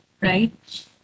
right